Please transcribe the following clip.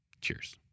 Cheers